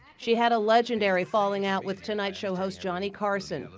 she had a legendary falling out with tonight show host, johnny carson,